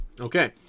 Okay